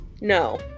No